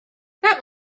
that